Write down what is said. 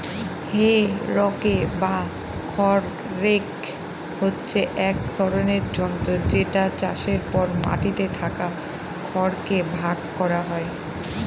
হে rake বা খড় rake হচ্ছে এক ধরনের যন্ত্র যেটা চাষের পর মাটিতে থাকা খড় কে ভাগ করা হয়